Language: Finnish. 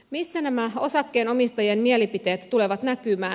missä nämä osakkeenomistajien mielipiteet tulevat näkymään